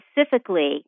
specifically